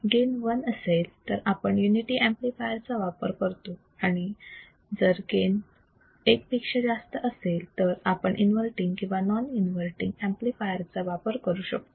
जर gain one असेल तर आपण युनिटी ऍम्प्लिफायर चा वापर करतो आणि जर गेन एक पेक्षा जास्त असेल तर आपण इन्वर्तींग किंवा नॉन इन्वर्तींग ऍम्प्लिफायरचा वापर करू शकतो